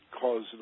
cause